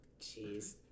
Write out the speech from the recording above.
Jeez